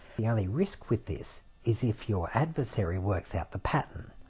the only risk with this is if your adversary works out the pattern,